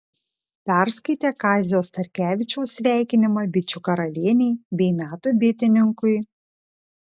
perskaitė kazio starkevičiaus sveikinimą bičių karalienei bei metų bitininkui